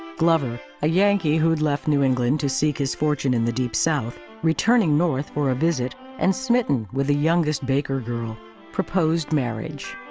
glover, a yankee who'd left new england to seek his fortune in the deep south returning north for a visit and smitten with the youngest baker girl proposed marriage.